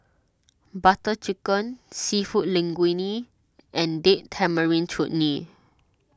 Butter Chicken Seafood Linguine and Date Tamarind Chutney